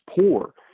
poor